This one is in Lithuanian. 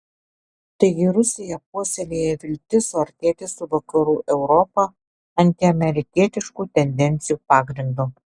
taigi rusija puoselėja viltis suartėti su vakarų europa antiamerikietiškų tendencijų pagrindu